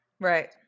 Right